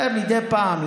מדי פעם.